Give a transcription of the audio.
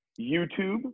YouTube